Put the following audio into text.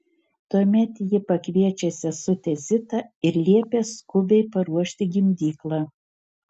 tuomet ji pakviečia sesutę zitą ir liepia skubiai paruošti gimdyklą